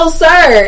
sir